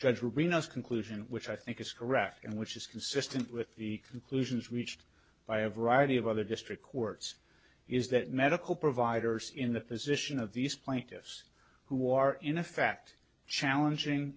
judge reno's conclusion which i think is correct and which is consistent with the conclusions reached by a variety of other district courts is that medical providers in the position of these plaintiffs who are in effect challenging